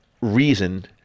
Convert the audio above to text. reason